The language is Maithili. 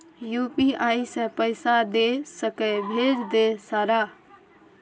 यु.पी.आई से पैसा दे सके भेज दे सारा?